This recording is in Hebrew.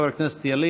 חבר הכנסת ילין,